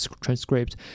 transcript